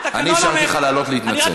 אני אפשרתי לך לעלות להתנצל.